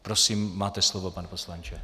Prosím, máte slovo, pane poslanče.